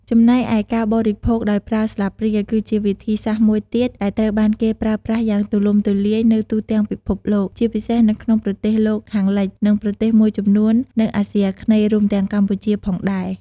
ចំណែកឯការបរិភោគដោយប្រើស្លាបព្រាគឺជាវិធីសាស្ត្រមួយទៀតដែលត្រូវបានគេប្រើប្រាស់យ៉ាងទូលំទូលាយនៅទូទាំងពិភពលោក ជាពិសេសនៅក្នុងប្រទេសលោកខាងលិច និងប្រទេសមួយចំនួននៅអាស៊ីអាគ្នេយ៍ រួមទាំងកម្ពុជាផងដែរ។